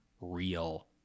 real